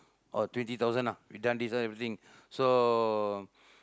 or twenty thousand ah we done this one everything so